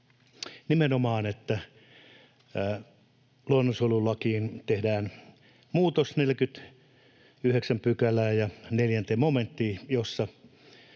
nimenomaan, että luonnonsuojelulakiin tehdään muutos 49 §:n 4 momenttiin, jossa